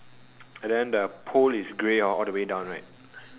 and then the pool is grey hor all the way down right